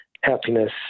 happiness